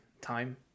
time